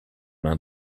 main